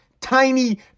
tiny